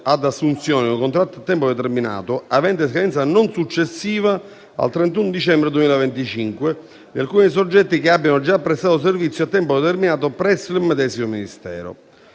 ad assunzioni con contratto a tempo determinato aventi scadenza non successiva al 31 dicembre 2025 di alcuni soggetti che abbiano già prestato servizio a tempo determinato presso il medesimo Ministero.